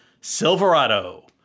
Silverado